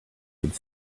would